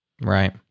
Right